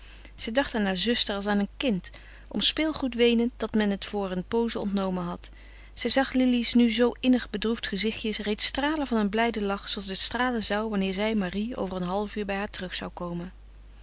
zij dacht aan haar zuster als aan een kind om speelgoed weenend dat men het voor een pooze ontnomen had zij zag lili's nu zoo innig bedroefd gezichtje reeds stralen van een blijden lach zooals het stralen zou wanneer zij marie over een half uur bij haar terug zou komen